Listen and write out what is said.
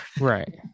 Right